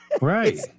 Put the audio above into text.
Right